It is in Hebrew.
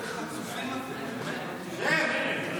--- איזה חצופים אתם, באמת.